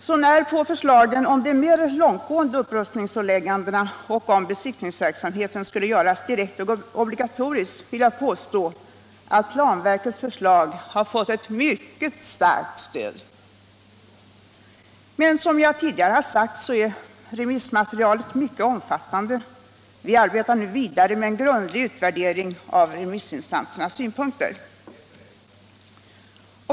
Så när som på förslagen om mer långtgående upprustningsålägganden och att besiktningsverksamheten skulle göras direkt obligatorisk vill jag påstå att planverkets förslag har fått ett mycket starkt stöd. Som jag tidigare sade är remissmaterialet mycket omfattande. Vi arbetar nu vidare med en grundlig utvärdering av remissinstansernas synpunkter.